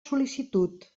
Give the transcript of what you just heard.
sol·licitud